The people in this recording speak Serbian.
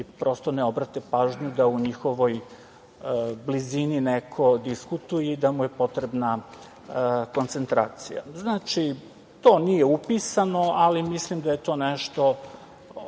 i prosto ne obrate pažnju da u njihovoj blizini neko diskutuje i da mu je potrebna koncentracija. Znači, to nije upisano, ali mislim da je to nešto